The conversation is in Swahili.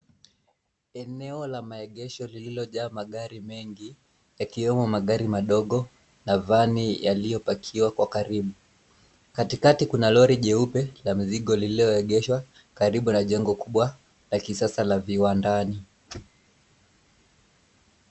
Eneo la maegesho lililojaa magari mengi yakiwemo magari madogo na van yaliyopakiwa kwa karibu. Katikati kuna lori jeupe la mizigo lililoegeshwa karibu na jengo kubwa la kisasa la viwandani.